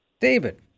David